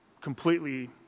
Completely